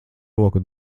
roku